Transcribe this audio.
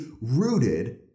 rooted